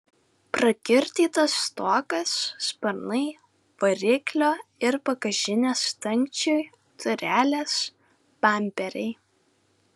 prakiurdytas stogas sparnai variklio ir bagažinės dangčiai durelės bamperiai